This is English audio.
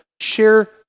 share